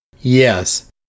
Yes